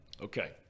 okay